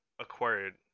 acquired